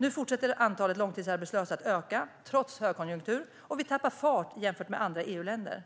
Nu fortsätter antalet långtidsarbetslösa att öka, trots högkonjunktur, och vi tappar fart jämfört med andra EU-länder.